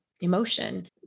emotion